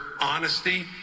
honesty